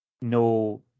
no